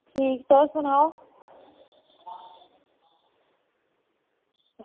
ठीक तुस सनाओ